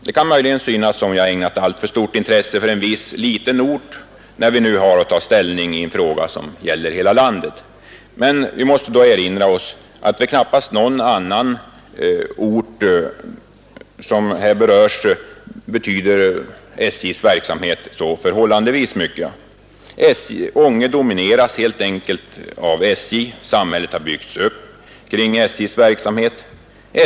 Det kan möjligen synas som om jag ägnat alltför stort intresse för en viss liten ort, när vi har att ta ställning i en fråga, som gäller hela landet. Men vi måste då erinra oss att för knappast någon annan ort som berörs av omorganisationen torde SJ:s verksamhet betyda förhållandevis så mycket som för just Ånge. Ånge domineras helt enkelt av SJ, samhället har byggts upp kring SJ:s verksamhet.